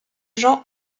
jean